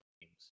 games